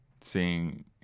seeing